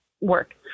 work